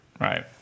Right